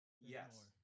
yes